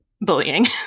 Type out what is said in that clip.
bullying